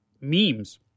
memes